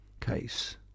case